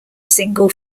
single